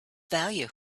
value